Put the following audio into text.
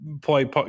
play